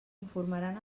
informaran